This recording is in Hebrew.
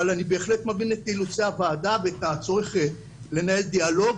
אבל אני בהחלט מבין את אילוצי הועדה ואת הצורך לנהל דיאלוג